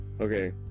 Okay